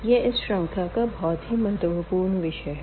यह इस शृंखला का बहुत ही महत्वपूर्ण विषय है